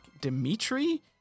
Dimitri